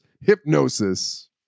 hypnosis